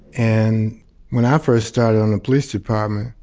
and when i first started on the police department,